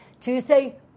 Tuesday